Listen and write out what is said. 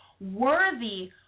worthy